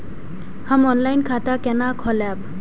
हम ऑनलाइन खाता केना खोलैब?